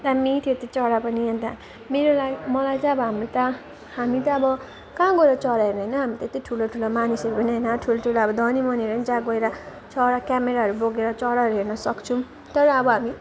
दामी थियो त्यो चरा पनि अन्त मेरो लागि मलाई चाहिँ अब हामी त हामी त अब कहाँ गयो चरा हेर्नु होइन हामी त्यति ठुलो ठुलो मानिसहरू पनि होइन ठुल्ठुलो अब धनीमनीहरू नि जहाँ गएर चरा क्यामेराहरू बोकेर चराहरू हेर्न सक्छौँ तर अब हामी